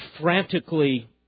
frantically